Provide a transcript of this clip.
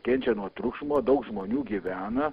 kenčia nuo trukšmo daug žmonių gyvena